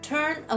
Turn